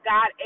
God